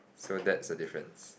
so that's a difference